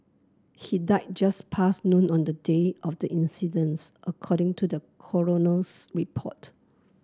he died just past noon on the day of the incidence according to the coroner's report